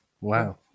Wow